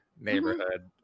Neighborhood